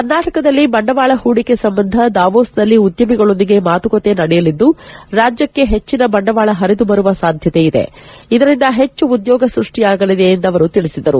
ಕರ್ನಾಟಕದಲ್ಲಿ ಬಂಡವಾಳ ಹೂಡಿಕೆ ಸಂಬಂಧ ದಾವೋಸ್ನಲ್ಲಿ ಉದ್ಯಮಿಗಳೊಂದಿಗೆ ಮಾತುಕತೆ ನಡೆಯಲಿದ್ದು ರಾಜ್ಯಕ್ಕೆ ಹೆಚ್ಚಿನ ಬಂಡವಾಳ ಹರಿದು ಬರುವ ಸಾಧ್ಯತೆ ಇದೆ ಇದರಿಂದ ಹೆಚ್ಚು ಉದ್ಯೋಗ ಸೃಷ್ಟಿಯಾಗಲಿದೆ ಎಂದು ಅವರು ತಿಳಿಸಿದರು